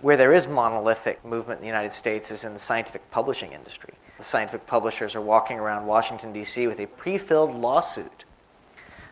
where there is monolithic monolithic movement in the united states is in the scientific publishing industry. the scientific publishers are walking around washington dc with a pre-filled law suit